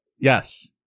Yes